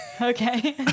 Okay